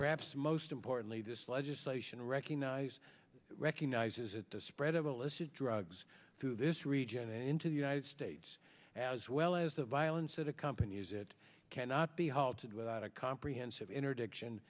perhaps most importantly this legislation recognize recognizes that the spread of illicit drugs through this region into the united states as well as the violence that accompanies it cannot be halted without a comprehensive interdiction